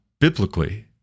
biblically